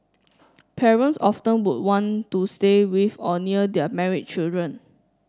parents often would want to stay with or near their married children